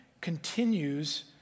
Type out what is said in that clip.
continues